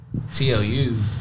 TLU